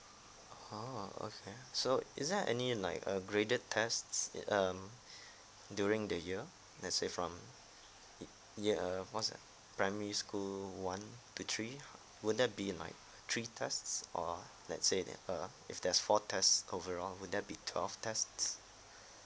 orh okay so is there any like a graded test s~ s~ it um during the year let's say from ye~ yet uh what's that primary school one to three would that be like three tests or let's say it uh if there's four tests overall would there be twelve tests